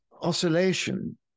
oscillation